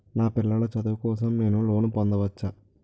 నా పిల్లల చదువు కోసం నేను లోన్ పొందవచ్చా?